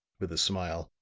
with a smile,